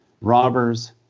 robbers